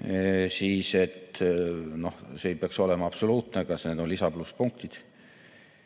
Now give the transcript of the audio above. See ei peaks olema absoluutne, aga need on lisaplusspunktid.